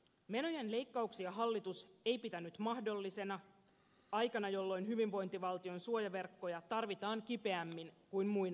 menojen leikkauksia hallitus ei pitänyt mahdollisina aikana jolloin hyvinvointivaltion suojaverkkoja tarvitaan kipeämmin kuin muina aikoina